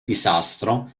disastro